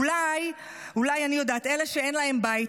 אולי, אולי, אני יודעת, אלה שאין להם בית.